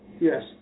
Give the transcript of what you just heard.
Yes